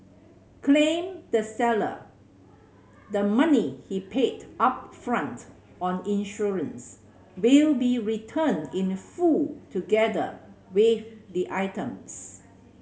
claimed the seller the money he paid upfront on insurance will be returned in full together with the items